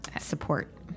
support